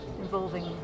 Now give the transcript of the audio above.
involving